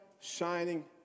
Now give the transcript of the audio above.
shining